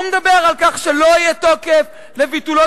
הוא מדבר על כך שלא יהיה תוקף לביטולו